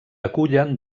acullen